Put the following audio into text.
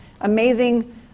amazing